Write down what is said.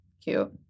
cute